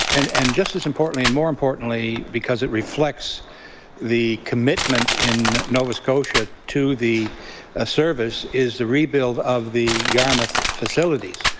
and and just as importantly, and more importantly because it reflects the commitment in nova scotia to the ah service is the re build of the yarmouth facilities,